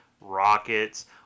rockets